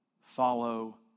follow